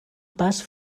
pas